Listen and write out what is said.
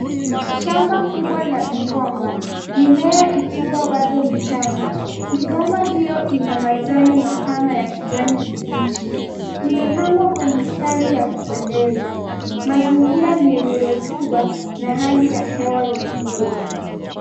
Shamba kubwa la migomba, mimea ikiwa bado michanga. Migomba hiyo ina majani mapana ya kijani kibichi. Imepangwa kwa mistari ya kupendeza. Mazingira ni yenye rotuba na hali ya hewa ya mvua.